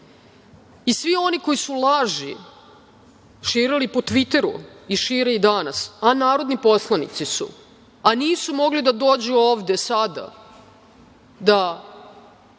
i svi oni koji su laži širili po Tviteru i šire i danas, a narodni poslanici su, a nisu mogli da dođu ovde sada da